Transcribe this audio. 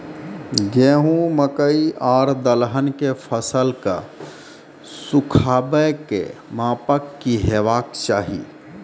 गेहूँ, मकई आर दलहन के फसलक सुखाबैक मापक की हेवाक चाही?